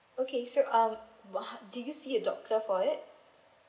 okay so uh !wah! did you see a doctor for it